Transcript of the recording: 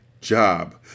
job